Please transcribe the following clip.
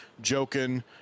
joking